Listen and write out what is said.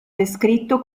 descritto